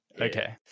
okay